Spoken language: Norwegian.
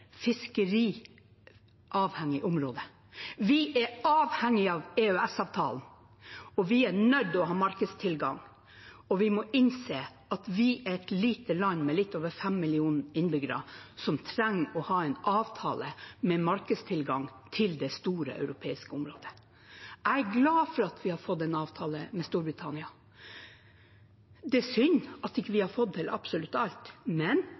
område. Vi er avhengige av EØS-avtalen. Vi er nødt til å ha markedstilgang. Vi må innse at vi er et lite land med litt over 5 millioner innbyggere, som trenger å ha en avtale med markedsadgang til det store europeiske området. Jeg er glad for at vi har fått en avtale med Storbritannia. Det er synd at vi ikke har fått til absolutt alt, men